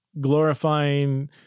glorifying